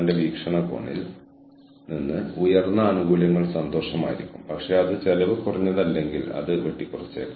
സംശ്ലേഷണം വാക്കാലുള്ള അമൂർത്തീകരണത്തിലൂടെയോ സജീവമായി താമസത്തിലൂടെയോ എതിർ ധ്രുവങ്ങളുടെ ടെൻഷൻ കുറയ്ക്കുന്നു